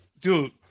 dude